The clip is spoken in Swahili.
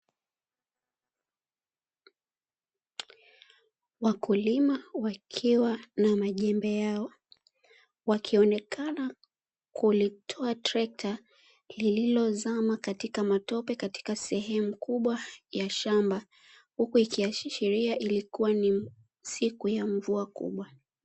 Wakulima wakiwa na majembe yao wakionekana kulitoa trekta lililozama katika matope katika sehemu kubwa ya shamba, huku ikiashiria ilikuwa ni siku ya mvua kubwa.